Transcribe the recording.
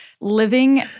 living